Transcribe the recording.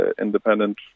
independent